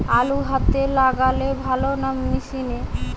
আলু হাতে লাগালে ভালো না মেশিনে?